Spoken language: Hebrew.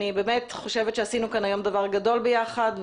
אני באמת חושבת שעשינו כאן דבר גדול ביחד,